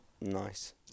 Nice